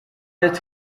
its